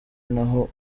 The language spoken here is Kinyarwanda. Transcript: naho